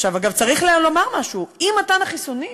עכשיו, אגב, צריך לומר משהו: אי-מתן חיסונים,